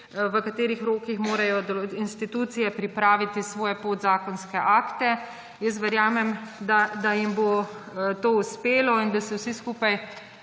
v katerih rokih morajo institucije pripraviti svoje podzakonske akte. Verjamem, da jim bo to uspelo in da se vsi skupaj